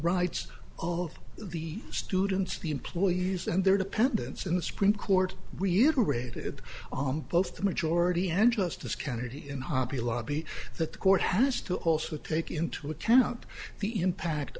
rights of the students the employees and their dependents in the supreme court reiterated on both majority and justice kennedy in hobby lobby that the court has to also take into account the impact